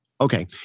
Okay